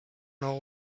know